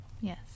Yes